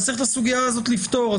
אז צריך את הסוגיה הזאת לפתור,